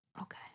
Okay